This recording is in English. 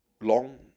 long